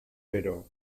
pero